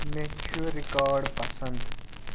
مےٚ چھُ رِکارڈ پسنٛد